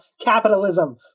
capitalism